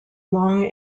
long